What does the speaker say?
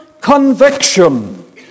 conviction